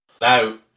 Now